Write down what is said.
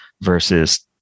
versus